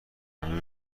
همه